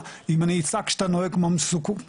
אם אני אצעק שאתה נוהג כמו מטורף,